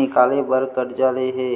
निकाले बर करजा ले हे